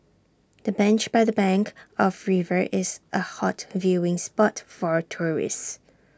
the bench by the bank of river is A hot viewing spot for tourists